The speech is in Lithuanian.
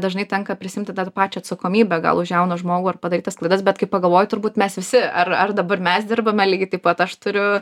dažnai tenka prisiimti tą pačią atsakomybę gal už jauną žmogų ar padarytas klaidas bet kai pagalvoji turbūt mes visi ar ar dabar mes dirbame lygiai taip pat aš turiu